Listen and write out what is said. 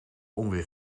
onweer